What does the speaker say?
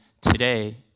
today